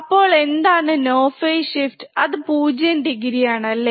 അപ്പോൾ എന്താണ് no phase shift അത് 0 ഡിഗ്രി ആണല്ലേ